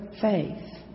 faith